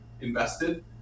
invested